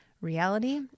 reality